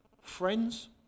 Friends